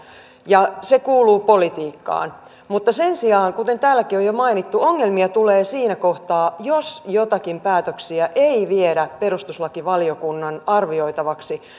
ja se kuuluu politiikkaan mutta sen sijaan kuten täälläkin on jo mainittu ongelmia tulee siinä kohtaa jos joitakin päätöksiä ei viedä perustuslakivaliokunnan arvioitavaksi